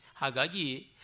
Hagagi